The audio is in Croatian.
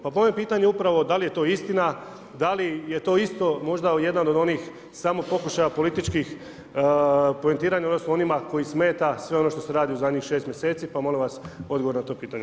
Pa po ovome upravo da li je to istina, da li je to isto možda jedan od onih samo pokušaja političkih poentiranja odnosno onima kojima smeta sve ono se radi u zadnjih 6 mjeseci, pa molim vas odgovor na to pitanje.